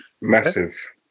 Massive